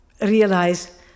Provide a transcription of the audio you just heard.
realize